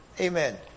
Amen